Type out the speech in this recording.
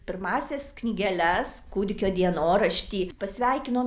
pirmąsias knygeles kūdikio dienoraštį pasveikino